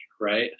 right